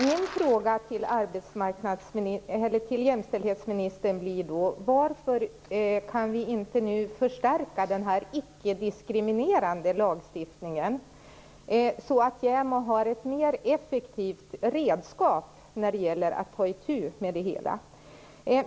Min fråga till jämställdhetsministern blir då: Varför kan vi inte nu förstärka den här ickediskriminerande lagstiftningen så att JämO har ett mer effektivt redskap när det gäller att ta itu med det hela?